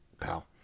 pal